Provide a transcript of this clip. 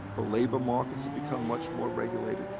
the labor markets have become much more regulated.